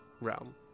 realm